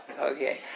Okay